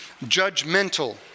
judgmental